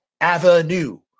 Avenue